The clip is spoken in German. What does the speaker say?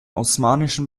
osmanischen